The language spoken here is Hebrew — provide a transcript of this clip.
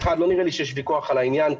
לא נראה לי שיש ויכוח על העניין.